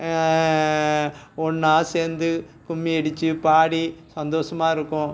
ஒன்றா சேர்ந்து கும்மி அடிச்சுப் பாடி சந்தோஷமாக இருக்கும்